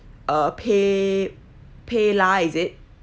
uh pay PayLah is it